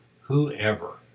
whoever